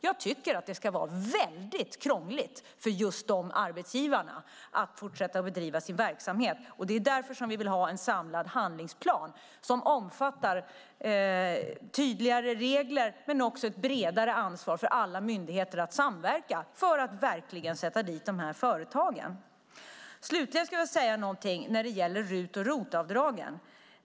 Jag tycker att det ska vara väldigt krångligt för just de arbetsgivarna att fortsätta bedriva sin verksamhet. Det är därför vi vill ha en samlad handlingsplan som omfattar tydligare regler men också ett bredare ansvar för alla myndigheter att samverka för att verkligen sätta dit de här företagen. Slutligen vill jag säga något när det gäller RUT och ROT-avdragen.